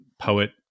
poet